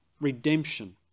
redemption